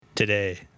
Today